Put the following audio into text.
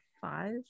Five